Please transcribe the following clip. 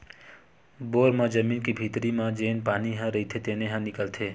bore म जमीन के भीतरी म जेन पानी ह रईथे तेने ह निकलथे